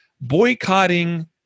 boycotting